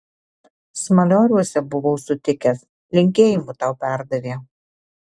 smalioriuose buvau sutikęs linkėjimų tau perdavė